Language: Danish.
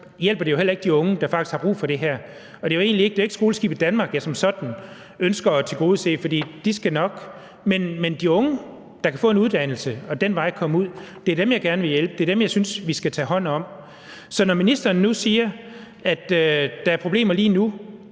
ud, hjælper det jo ikke de unge, der faktisk har brug for det her. Det er jo ikke »Skoleskibet Danmark«, jeg som sådan ønsker at tilgodese, for det skal nok klare sig, men det er de unge, der kan få en uddannelse og ad den vej komme i gang, jeg gerne vil hjælpe. Det er dem, jeg synes vi skal tage hånd om. Når ministeren nu siger, at der lige nu